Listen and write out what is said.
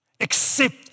Accept